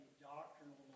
doctrinal